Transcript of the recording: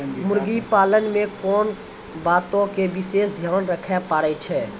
मुर्गी पालन मे कोंन बातो के विशेष ध्यान रखे पड़ै छै?